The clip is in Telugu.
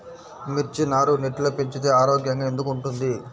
మిర్చి నారు నెట్లో పెంచితే ఆరోగ్యంగా ఎందుకు ఉంటుంది?